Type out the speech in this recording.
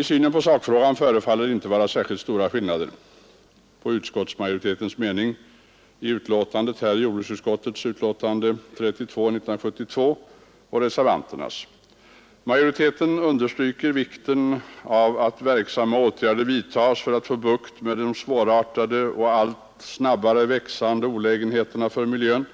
I synen på sakfrågan förefaller det inte att vara särskilt stora skillnader mellan utskottsmajoritetens mening i jordbruksutskottets betänkande nr 32 och reservanternas. Majoriteten vill ”starkt understryka vikten av att verksamma åtgärder vidtas för att få bukt med de svårartade och allt snabbare växande olägenheter för miljön